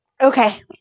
Okay